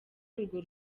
urwo